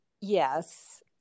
yes